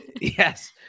Yes